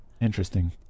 Interesting